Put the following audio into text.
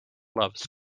loves